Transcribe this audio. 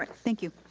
like thank you.